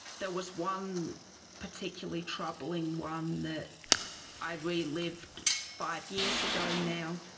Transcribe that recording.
there was one particularly troubling one that i re-lived five years ago now,